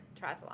triathlon